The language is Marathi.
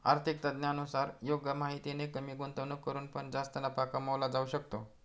आर्थिक तज्ञांनुसार योग्य माहितीने कमी गुंतवणूक करून पण जास्त नफा कमवला जाऊ शकतो